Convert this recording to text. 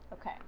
Okay